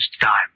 time